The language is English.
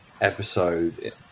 episode